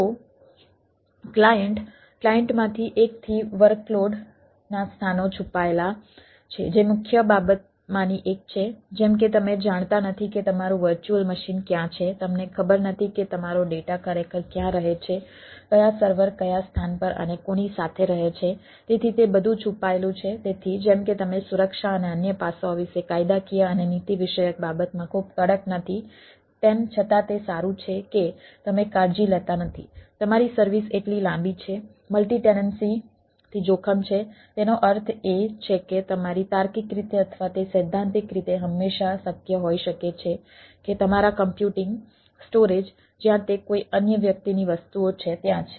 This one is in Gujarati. તો ક્લાયન્ટ ક્લાયન્ટમાંથી એકથી વર્કલોડ થી જોખમ છે તેનો અર્થ એ છે કે તમારી તાર્કિક રીતે અથવા તે સૈદ્ધાંતિક રીતે હંમેશા શક્ય હોઈ શકે છે કે તમારા કમ્યુટિંગ સ્ટોરેજ જ્યાં તે કોઈ અન્ય વ્યક્તિની વસ્તુઓ છે ત્યાં છે